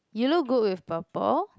you look good with purple